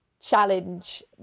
challenge